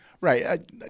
Right